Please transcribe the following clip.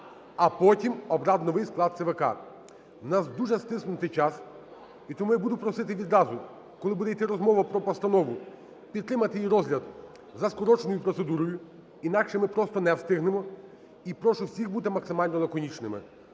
а потім обрати новий склад ЦВК. У нас дуже стиснутий час. І тому я буду просити відразу, коли буде йти розмова про постанову, підтримати її розгляд за скороченою процедурою. Інакше ми просто не встигнемо. І прошу всіх бути максимально лаконічними.